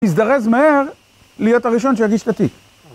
‫הזדרז מהר להיות הראשון ‫שהגיש את התיק